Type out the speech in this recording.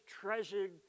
treasured